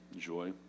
joy